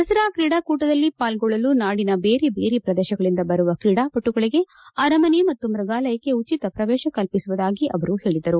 ದಸರಾ ಕ್ರೀಡಾಕೂಟದಲ್ಲಿ ಪಾಲ್ಗೊಳ್ಳಲು ನಾಡಿನ ಬೇರೆ ಬೇರೆ ಪ್ರದೇಶಗಳಿಂದ ಬರುವ ಕ್ರೀಡಾಪಟುಗಳಿಗೆ ಅರಮನೆ ಮತ್ತು ಮ್ಯಗಾಲಯಕ್ಕೆ ಉಚಿತ ಪ್ರವೇಶ ಕಲ್ಪಿಸುವುದಾಗಿ ಅವರು ಹೇಳಿದರು